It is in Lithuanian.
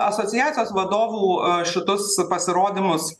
asociacijos vadovų šitus pasirodymus